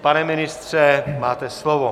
Pane ministře, máte slovo.